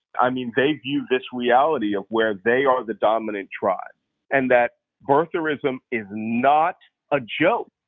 i mean, they view this reality of where they are the dominant tribe and that birtherism is not a joke.